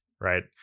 right